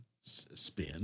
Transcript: spin